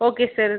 okay sir